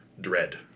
dread